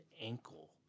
ankle